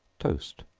toast.